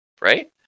Right